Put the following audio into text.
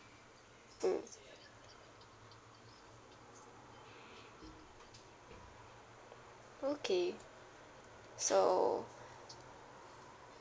mm okay so